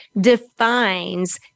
defines